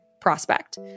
prospect